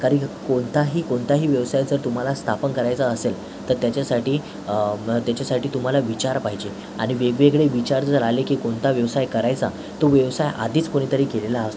कारण कोणताही कोणताही व्यवसाय जर तुम्हाला स्थापन करायचा असेल तर त्याच्यासाठी मग त्याच्यासाठी तुम्हाला विचार पाहिजे आणि वेगवेगळे विचार जर आले की कोणता व्यवसाय करायचा तो व्यवसाय आधीच कोणीतरी केलेला अस्तो